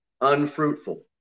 unfruitful